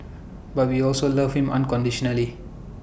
but we also love him unconditionally